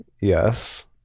Yes